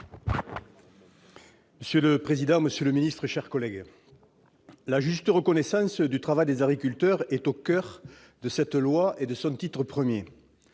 Monsieur le président, monsieur le ministre, mes chers collègues, la juste reconnaissance du travail des agriculteurs est au coeur de ce projet de loi et de son titre I.